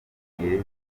ibiri